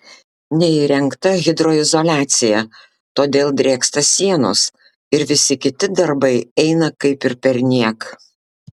neįrengta hidroizoliacija todėl drėksta sienos ir visi kiti darbai eina kaip ir perniek